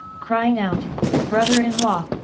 crying out brother-in-law,